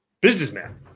businessman